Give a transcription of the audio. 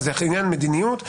וזה עניין מדיניות,